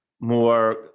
more